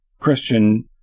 Christian